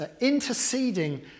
interceding